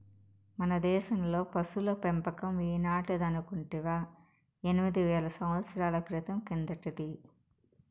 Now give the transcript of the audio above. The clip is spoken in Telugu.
మన దేశంలో పశుల పెంపకం ఈనాటిదనుకుంటివా ఎనిమిది వేల సంవత్సరాల క్రితం కిందటిది